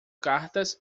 cartas